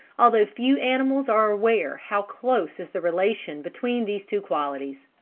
although few animals are aware how close is the relation between these two qualities.